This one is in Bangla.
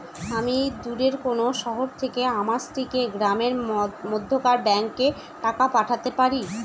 আমি দূরের কোনো শহর থেকে আমার স্ত্রীকে গ্রামের মধ্যেকার ব্যাংকে টাকা পাঠাতে পারি?